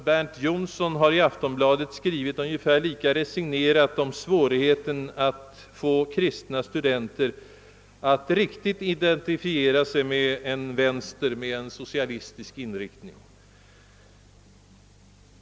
Bernt Jonsson har i Aftonbladet skrivit ungefär lika resignerat om svårigheten att få kristna studenter att riktigt identifiera sig med en vänster med socialistisk inriktning.